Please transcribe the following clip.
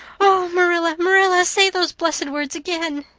oh, marilla, marilla, say those blessed words again.